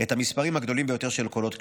את המספרים הגדולים ביותר של קולות כשרים.